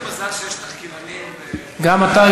גם אתה,